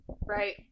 Right